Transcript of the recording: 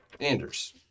Anders